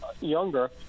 younger